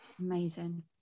Amazing